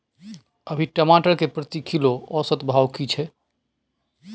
अभी टमाटर के प्रति किलो औसत भाव की छै?